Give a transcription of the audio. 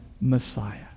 Messiah